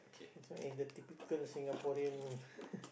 this one is the typical Singaporean